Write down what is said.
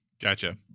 Gotcha